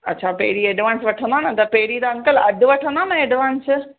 अछा पहिरीं एडवांस वठंदा न त पहिरीं त अंकल अधु वठंदा न एडवांस